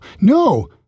No